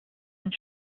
and